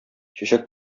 чәчәк